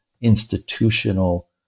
institutional